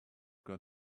got